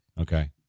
Okay